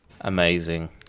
Amazing